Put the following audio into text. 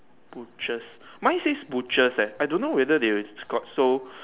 butchers mine said butchers eh I don't know whether they we got so